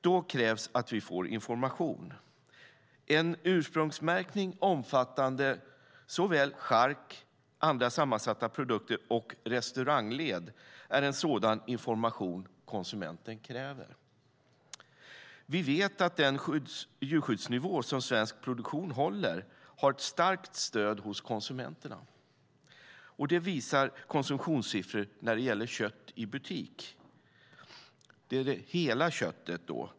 Det krävs att vi får information. En ursprungsmärkning omfattande såväl chark och andra sammansatta produkter som restaurangled är en sådan information som konsumenten kräver. Vi vet att den djurskyddsnivå som svensk produktion håller har ett starkt stöd hos konsumenterna. Det visar konsumtionssiffror när det gäller kött i butik. Det avser det hela köttet.